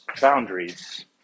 boundaries